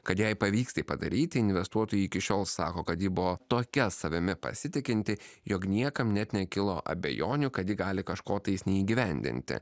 kad jai pavyks tai padaryti investuotojai iki šiol sako kad ji buvo tokia savimi pasitikinti jog niekam net nekilo abejonių kad ji gali kažko tais neįgyvendinti